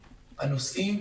הנוסעים,